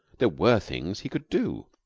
there were things he could do.